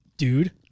Dude